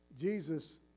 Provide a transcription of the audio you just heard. Jesus